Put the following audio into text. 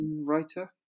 writer